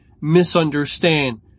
misunderstand